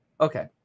Okay